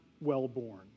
well-born